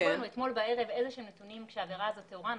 אתמול בערב הועברו אלינו איזשהם נתונים כשהעבירה הזו טהורה.